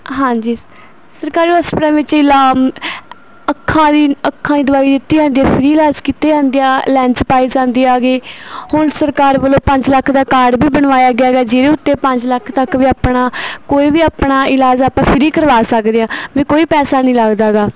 ਹਾਂਜੀ ਸ ਸਰਕਾਰੀ ਹੋਸਪਿਟਲਾਂ ਵਿੱਚ ਇਲਾ ਅੱਖਾਂ ਦੀ ਅੱਖਾਂ ਦੀ ਦਵਾਈ ਦਿੱਤੀ ਜਾਂਦੀ ਆ ਫਰੀ ਇਲਾਜ ਕੀਤੇ ਜਾਂਦੇ ਆ ਲੈਂਸ ਪਾਏ ਜਾਂਦੇ ਆਗੇ ਹੁਣ ਸਰਕਾਰ ਵੱਲੋਂ ਪੰਜ ਲੱਖ ਦਾ ਕਾਰਡ ਵੀ ਬਣਵਾਇਆ ਗਿਆ ਗਾ ਜਿਹਦੇ ਉੱਤੇ ਪੰਜ ਲੱਖ ਤੱਕ ਵੀ ਆਪਣਾ ਕੋਈ ਵੀ ਆਪਣਾ ਇਲਾਜ ਆਪਾਂ ਫਰੀ ਕਰਵਾ ਸਕਦੇ ਹਾਂ ਵੀ ਕੋਈ ਪੈਸਾ ਨਹੀਂ ਲੱਗਦਾ ਗਾ